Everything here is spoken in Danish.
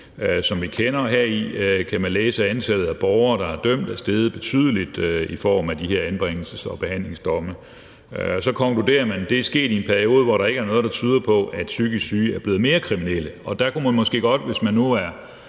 og at der heri kan læses, at antallet af borgere, der er dømt i form af de her anbringelses- og behandlingsdomme, er steget betydeligt. Og man konkluderer så, at det er sket i en periode, hvor der ikke er noget, der tyder på, at psykisk syge er blevet mere kriminelle. Der kunne man måske godt, hvis man nu er